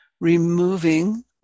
removing